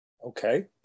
Okay